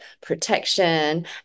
protection